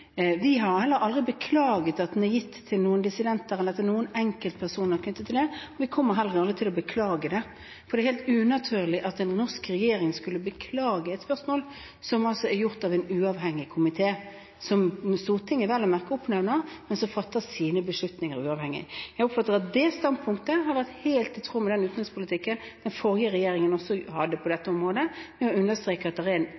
Vi har heller aldri beklaget at den er gitt til noen dissidenter eller til noen enkeltpersoner. Det kommer vi heller aldri til å beklage, for det er helt unaturlig at en norsk regjering skulle beklage en avgjørelse som er fattet av en uavhengig komité. Komiteen er oppnevnt av Stortinget, men den fatter sine beslutninger uavhengig. Jeg oppfatter at det standpunktet er helt i tråd med den utenrikspolitikken den forrige regjeringen hadde på dette området. Jeg vil understreke at det er